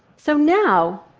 so now